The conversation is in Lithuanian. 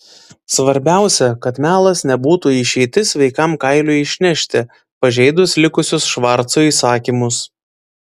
svarbiausia kad melas nebūtų išeitis sveikam kailiui išnešti pažeidus likusius švarco įsakymus